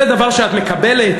זה דבר שאת מקבלת?